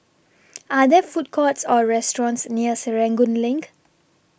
Are There Food Courts Or restaurants near Serangoon LINK